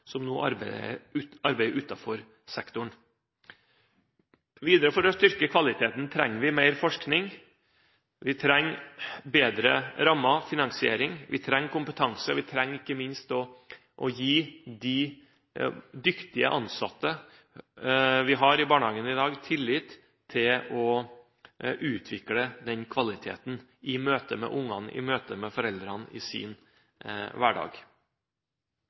som nå arbeider utenfor sektoren. Videre: For å styrke kvaliteten trenger vi mer forskning, bedre rammer, finansiering og kompetanse. Vi trenger ikke minst også å gi de dyktige ansatte vi har i barnehagen i dag, tillit i det å utvikle denne kvaliteten i møte med barna og i møte med foreldrene i deres hverdag.